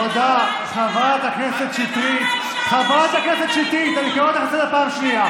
תקווה חדשה לא כזאת מעניינת,